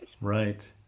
right